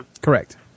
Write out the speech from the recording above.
Correct